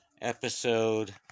episode